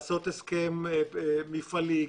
לעשות הסכם מפעלי,